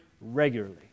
regularly